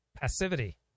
passivity